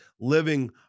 living